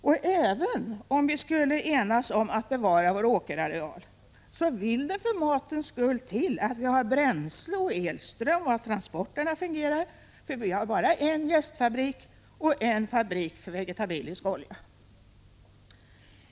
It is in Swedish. Men även om vi skulle kunna enas om att bevara vår åkerareal, vill det för matens skull också till att vi har bränsle och elström och att transporterna fungerar, för vi har bara en jästfabrik och en fabrik för vegetabilisk olja.